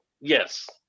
Yes